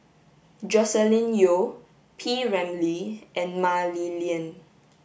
Joscelin Yeo P Ramlee and Mah Li Lian